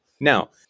Now